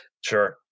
Sure